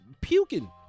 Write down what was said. puking